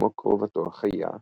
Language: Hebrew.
כמו קרובתו החיה - הקואלה.